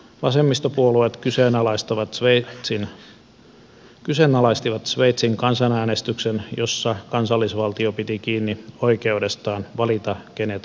vasemmistopuolueet kyseenalaistivat sveitsin kansanäänestyksen jossa kansallisvaltio piti kiinni oikeudestaan valita kenet maahansa päästää